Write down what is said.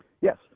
Yes